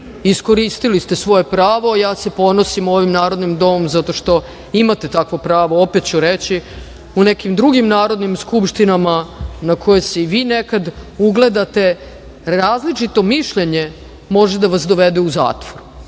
iskoristili ste svoje pravo. Ja se ponosim ovim narodnim domom zato što imate takvo pravo. Opet ću reći, u nekim drugim narodnim skupštinama na koje se i vi nekad ugledate različito mišljenje može da vas dovede u zatvor,